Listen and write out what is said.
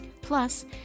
plus